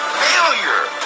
failure